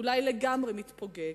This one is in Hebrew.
אולי לגמרי מתפוגג.